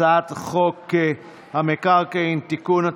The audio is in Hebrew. הצעת חוק המקרקעין (תיקון,